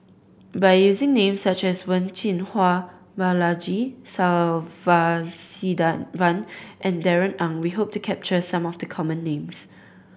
by using names such as Wen Jinhua Balaji Sadasivan and Darrell Ang we hope to capture some of the common names